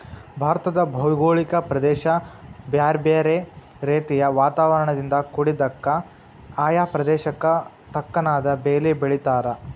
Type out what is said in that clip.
ಭಾರತದ ಭೌಗೋಳಿಕ ಪ್ರದೇಶ ಬ್ಯಾರ್ಬ್ಯಾರೇ ರೇತಿಯ ವಾತಾವರಣದಿಂದ ಕುಡಿದ್ದಕ, ಆಯಾ ಪ್ರದೇಶಕ್ಕ ತಕ್ಕನಾದ ಬೇಲಿ ಬೆಳೇತಾರ